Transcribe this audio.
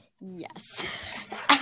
Yes